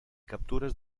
captures